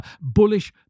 Bullish